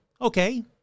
Okay